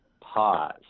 pause